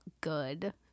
good